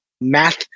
math